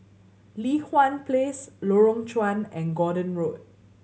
Li Hwan Place Lorong Chuan and Gordon Road